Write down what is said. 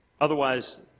otherwise